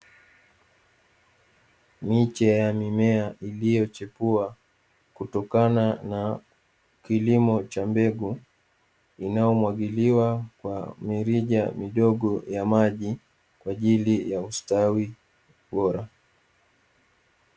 Miche ya mimea iliyochipua kutokana na kilimo cha mbegu inayomwagiliwa kwa mirija midogo ya maji kwa ajili ya ustawi Bora.